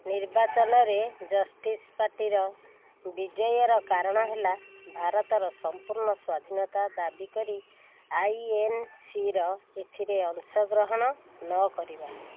ନିର୍ବାଚନରେ ଜଷ୍ଟିସ୍ ପାର୍ଟିର ବିଜୟର କାରଣ ହେଲା ଭାରତର ସମ୍ପୂର୍ଣ୍ଣ ସ୍ୱାଧୀନତା ଦାବି କରି ଆଇଏନ୍ସିର ଏଥିରେ ଅଂଶଗ୍ରହଣ ନ କରିବା